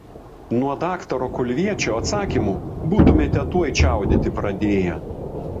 nuo daktaro kulviečio atsakymų būtumėte tuoj čiaudėti pradėję